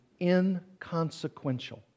inconsequential